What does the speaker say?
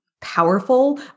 powerful